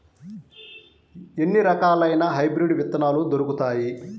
ఎన్ని రకాలయిన హైబ్రిడ్ విత్తనాలు దొరుకుతాయి?